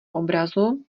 obrazu